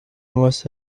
must